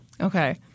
Okay